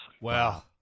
Wow